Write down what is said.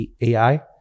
AI